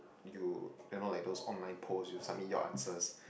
you cannot like those online polls you submit your answers